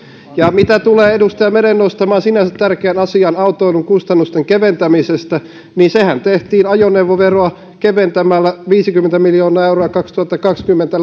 ja mitä tulee edustaja meren nostamaan sinänsä tärkeään asiaan autoilun kustannusten keventämisestä niin sehän tehtiin ajoneuvoveroa keventämällä viisikymmentä miljoonaa euroa kaksituhattakaksikymmentä